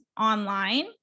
online